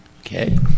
Okay